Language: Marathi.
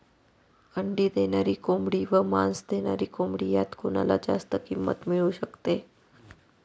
अंडी देणारी कोंबडी व मांस देणारी कोंबडी यात कोणाला जास्त किंमत मिळू शकते?